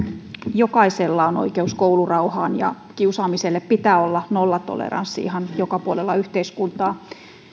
jokaisella on oikeus koulurauhaan ja kiusaamiselle pitää olla nollatoleranssi ihan joka puolella yhteiskuntaa